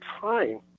time